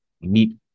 meet